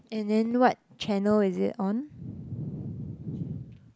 and then what channel is it on